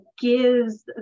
gives